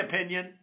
opinion